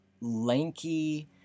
lanky